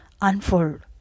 unfold